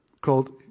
called